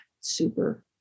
super